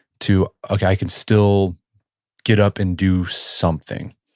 to, okay, i can still get up and do something?